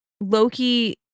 Loki